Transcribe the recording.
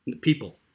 people